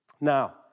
Now